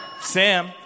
Sam